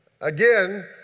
Again